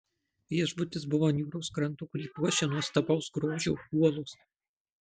viešbutis buvo ant jūros kranto kurį puošia nuostabaus grožio uolos